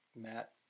Matt